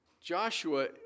Joshua